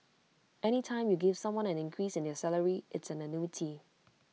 any time you give someone an increase in their salary it's an annuity